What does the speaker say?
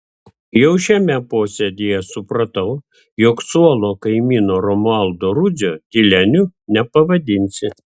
jau šiame posėdyje supratau jog suolo kaimyno romualdo rudzio tyleniu nepavadinsi